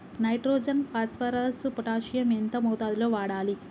Nitrogen phosphorus potassium ఎంత మోతాదు లో వాడాలి?